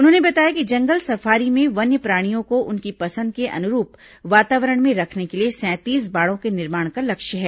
उन्होंने बताया कि जंगल सफारी में वन्यप्राणियों को उनकी पसंद के अनुरूप वातावरण में रखने के लिए सैंतीस बाड़ों के निर्माण का लक्ष्य है